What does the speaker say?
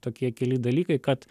tokie keli dalykai kad